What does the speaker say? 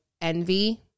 envy